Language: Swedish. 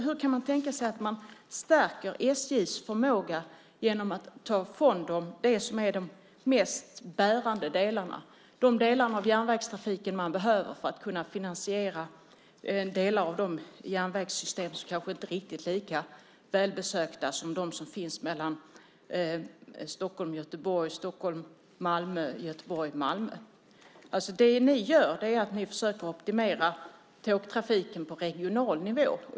Hur kan man tänka sig att stärka SJ:s förmåga genom att ta ifrån dem det som är de mest bärande delarna, de delar av järnvägstrafiken som man behöver för att kunna finansiera delar av de järnvägssystem som kanske inte är lika välbesökta som de som finns mellan Stockholm och Göteborg, Stockholm och Malmö, Göteborg och Malmö? Ni försöker optimera tågtrafiken på regional nivå.